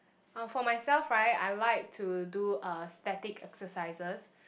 uh for myself right I like to do uh static exercises